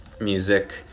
music